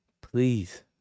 Please